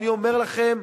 אני אומר לכם,